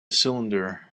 cylinder